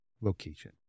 location